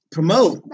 Promote